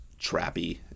trappy